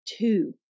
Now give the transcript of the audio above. Two